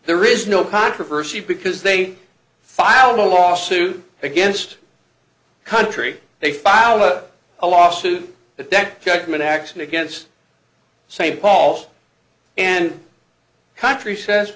there is no controversy because they filed a lawsuit against the country they filed a lawsuit at that judgment action against st paul and country says